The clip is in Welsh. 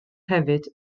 hefyd